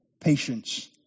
Patience